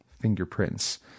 fingerprints